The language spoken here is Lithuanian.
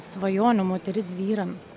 svajonių moteris vyrams